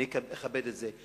אני אכבד את זה.